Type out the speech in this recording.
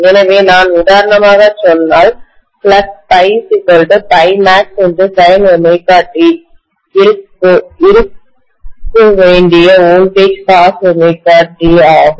எனவே நான் உதாரணமாக சொன்னால் ஃப்ளக்ஸ் ∅∅maxsin ωt இருக்கு வேண்டிய வோல்டேஜ் cos ωt ஆகும்